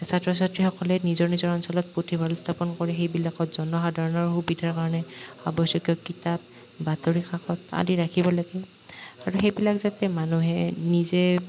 ছাত্ৰ ছাত্ৰীসকলে নিজৰ নিজৰ অঞ্চলত পুথিভঁৰাল স্থাপন কৰি সেইবিলাকত জনসাধাৰণৰ সুবিধাৰ কাৰণে আৱশ্যকীয় কিতাপ বাতৰি কাকত আদি ৰাখিব লাগে আৰু সেইবিলাক যাতে মানুহে নিজে